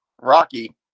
rocky